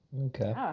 Okay